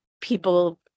people